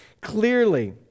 clearly